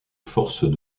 forces